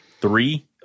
three